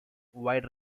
wide